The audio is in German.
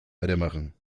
weitermachen